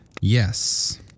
Yes